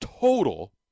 total